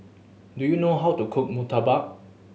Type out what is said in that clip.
do you know how to cook murtabak